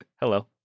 Hello